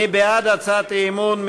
מי בעד הצעת האי-אמון?